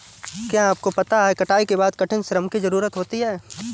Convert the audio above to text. क्या आपको पता है कटाई के बाद कठिन श्रम की ज़रूरत होती है?